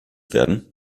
werden